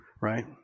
right